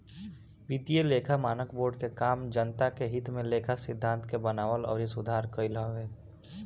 वित्तीय लेखा मानक बोर्ड के काम जनता के हित में लेखा सिद्धांत के बनावल अउरी सुधार कईल हवे